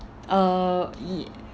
uh